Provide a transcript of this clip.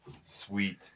Sweet